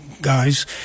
guys